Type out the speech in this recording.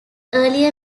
earlier